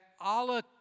Allah